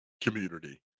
community